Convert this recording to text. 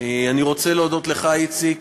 אני רוצה להודות לך, איציק,